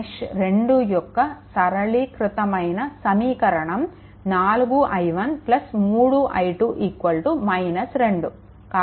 మెష్2 యొక్క సరళీకృతమైన సమీకరణం 4i1 3i2 2